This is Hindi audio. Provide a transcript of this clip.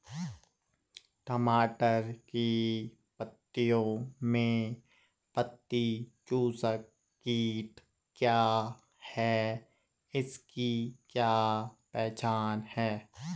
मटर की पत्तियों में पत्ती चूसक कीट क्या है इसकी क्या पहचान है?